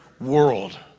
world